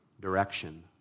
direction